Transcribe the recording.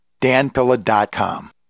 danpilla.com